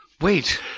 Wait